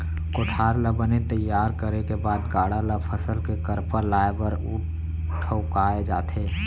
कोठार ल बने तइयार करे के बाद गाड़ा ल फसल के करपा लाए बर ठउकाए जाथे